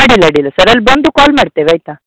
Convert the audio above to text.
ಅಡ್ಡಿಲ್ಲ ಅಡ್ಡಿಲ್ಲ ಸರ್ ಅಲ್ಲಿ ಬಂದು ಕಾಲ್ ಮಾಡ್ತೇವೆ ಆಯಿತಾ